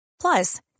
Plus